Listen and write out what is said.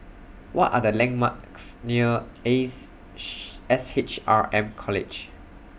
What Are The landmarks near Ace S H R M College